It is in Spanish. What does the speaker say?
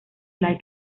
like